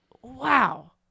wow